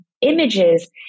images